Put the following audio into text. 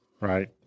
Right